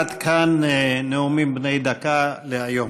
עד כאן נאומים בני דקה להיום.